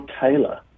Taylor